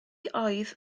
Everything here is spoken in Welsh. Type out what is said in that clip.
oedd